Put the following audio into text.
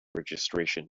registration